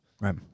Right